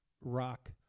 rock